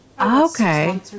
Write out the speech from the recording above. Okay